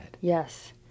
Yes